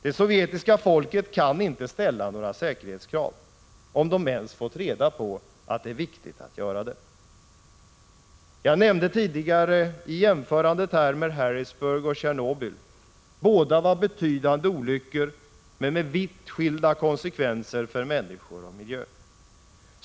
Det sovjetiska folket kan inte ställa några säkerhetskrav — om de ens fått reda på att det är viktigt att göra det. Jag jämförde tidigare Harrisburg och Tjernobyl. Båda var betydande olyckor men hade vitt skilda konsekvenser för människor och miljö.